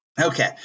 Okay